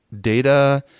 data